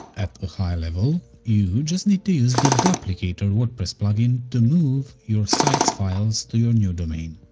at a high level, you just need to use the duplicator wordpress plugin to move your site's files to your new domain.